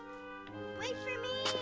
wait for me!